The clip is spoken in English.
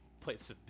place